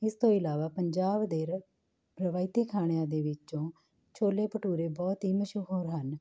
ਇਸ ਤੋਂ ਇਲਾਵਾ ਪੰਜਾਬ ਦੇ ਰ ਰਵਾਇਤੀ ਖਾਣਿਆਂ ਦੇ ਵਿੱਚੋਂ ਛੋਲੇ ਭਟੂਰੇ ਬਹੁਤ ਹੀ ਮਸ਼ਹੂਰ ਹਨ